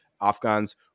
afghans